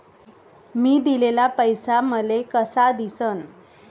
मी दिलेला पैसा मले कसा दिसन?